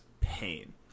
pain